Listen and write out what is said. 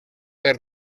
per